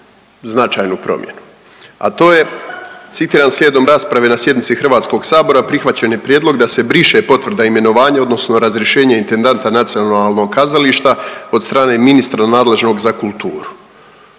značajnu promjenu, a to je, citiram, slijedom rasprave na sjednici HS-a, prihvaćen je prijedlog da se briše potvrda imenovanje odnosno razrješenje intendanta nacionalnog kazališta od strane ministra nadležnog za kulturu.